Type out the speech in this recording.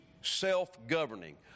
self-governing